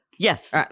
Yes